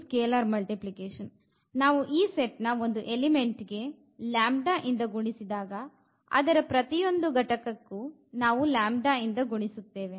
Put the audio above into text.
ಮತ್ತು scalar multiplication ನಾವು ಈ ಸೆಟ್ ನ ಒಂದು ಎಲಿಮೆಂಟ್ ಗೆ λ ಇಂದ ಗುಣಿಸಿದಾಗ ಅದರ ಪ್ರತಿಯೊಂದು ಘಟಕಕ್ಕೂ ನಾವು λ ಇಂದ ಗುಣಿಸುತ್ತೇವೆ